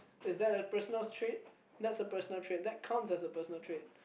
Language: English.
is that a personal trait that's a personal trait that counts as a personal trait